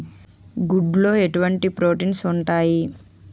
గుడ్లు లో ఎటువంటి ప్రోటీన్స్ ఉంటాయి?